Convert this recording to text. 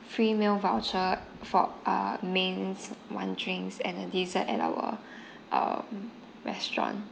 free meal voucher for uh mains one drinks and a dessert at our um restaurant